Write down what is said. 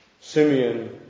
Simeon